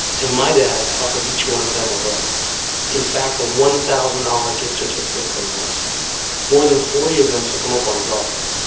and my dad offered each one of them a rug in fact, a one thousand dollars gift certificate for rugs more than forty of them took him up on his offer.